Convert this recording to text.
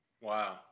Wow